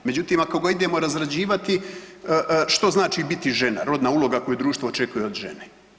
Međutim, ako ga idemo razrađivati što znači biti žena, rodna uloga koju društvo očekuje od žene?